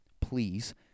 please